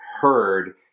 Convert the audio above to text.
heard